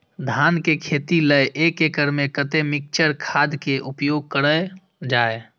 धान के खेती लय एक एकड़ में कते मिक्चर खाद के उपयोग करल जाय?